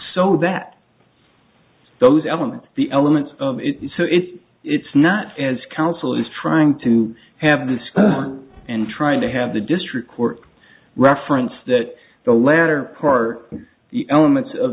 so that those elements the elements of it so if it's not as counsel is trying to have the skirt and trying to have the district court reference that the latter part elements of